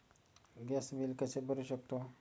Gas bill कसे भरू शकतो?